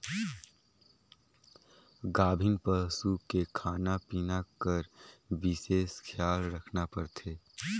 गाभिन पसू के खाना पिना कर बिसेस खियाल रखना परथे